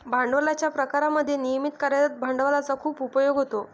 भांडवलाच्या प्रकारांमध्ये नियमित कार्यरत भांडवलाचा खूप उपयोग होतो